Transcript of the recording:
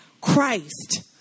Christ